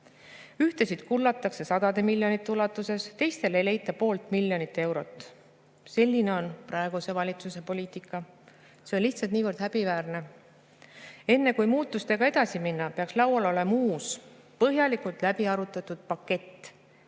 Ühtesid kullatakse sadade miljonite ulatuses, teistele ei leita poolt miljonit eurot. Selline on praeguse valitsuse poliitika. See on lihtsalt niivõrd häbiväärne. Enne kui muutustega edasi minna, peaks laual olema uus, põhjalikult läbi arutatud pakett.